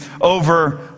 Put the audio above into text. over